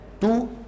Two